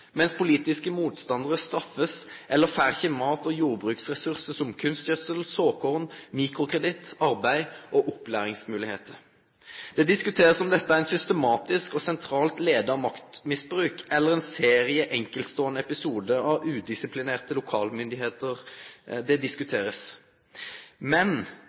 mens politiske motstandarar blir straffa eller ikkje får mat og jordbruksressursar som kunstgjødsel, såkorn, mikrokreditt, arbeid og opplæringsmoglegheiter. Det blir diskutert om dette er eit systematisk og sentralt leidd maktmisbruk eller ein serie enkeltståande episodar av udisiplinerte lokalmyndigheiter. Men